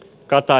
kata